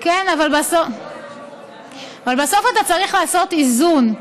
אבל בסוף אתה צריך לעשות איזון.